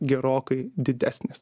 gerokai didesnės